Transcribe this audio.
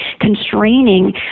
constraining